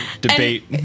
debate